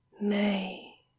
Nay